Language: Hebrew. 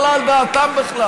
זה לא עלה על דעתם בכלל.